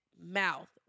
mouth